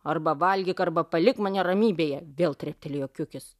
arba valgyk arba palik mane ramybėje vėl treptelėjo kiukis